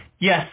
Yes